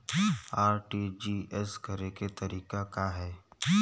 RTGS करे के तरीका का हैं?